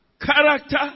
character